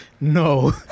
No